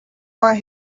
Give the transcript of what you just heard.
want